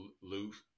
loose